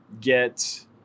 get